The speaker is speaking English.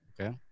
Okay